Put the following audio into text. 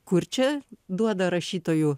kur čia duoda rašytojų